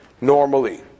normally